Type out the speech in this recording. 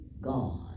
God